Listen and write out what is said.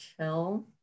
chill